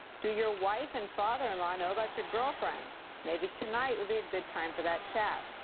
do your wife and father-in-law know about your girlfriends? maybe tonight would be a good time for that chat.